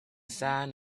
sand